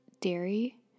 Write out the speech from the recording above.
dairy